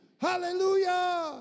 Hallelujah